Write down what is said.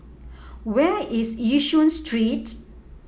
where is Yishun Street